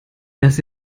dass